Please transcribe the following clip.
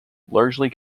largely